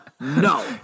no